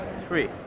Three